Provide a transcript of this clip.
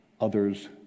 others